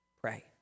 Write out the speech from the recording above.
pray